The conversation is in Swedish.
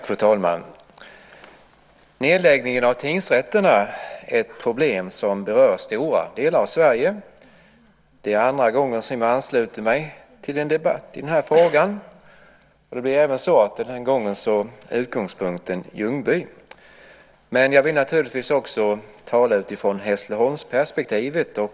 Fru talman! Nedläggningen av tingsrätterna är ett problem som berör stora delar av Sverige. Det är andra gången som jag ansluter mig till en debatt i denna fråga. Utgångspunkten den här gången är Ljungby, men jag vill naturligtvis också tala från Hässleholmsperspektivet.